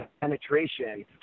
penetration